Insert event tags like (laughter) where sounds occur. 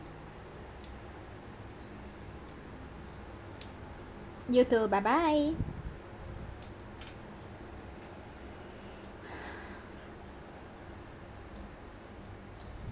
you too bye bye (breath)